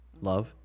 love